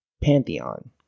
pantheon